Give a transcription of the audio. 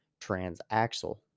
Transaxle